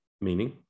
Meaning